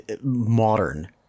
modern